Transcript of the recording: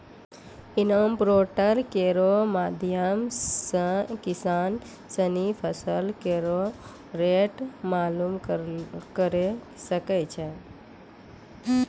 इनाम पोर्टल केरो माध्यम सें किसान सिनी फसल केरो रेट मालूम करे सकै छै